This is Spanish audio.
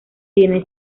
tiene